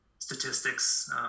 statistics